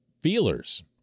feelers